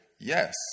yes